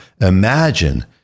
imagine